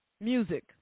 Music